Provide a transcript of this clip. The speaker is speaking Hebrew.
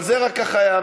אבל זה, ככה,